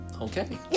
okay